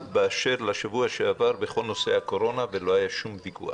באשר לשבוע שעבר בכל נושא הקורונה ולא היה שום ויכוח.